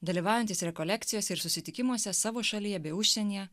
dalyvaujantis rekolekcijose ir susitikimuose savo šalyje bei užsienyje